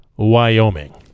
Wyoming